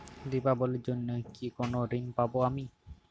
দীপাবলির জন্য কি কোনো ঋণ পাবো আমি?